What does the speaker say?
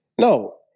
No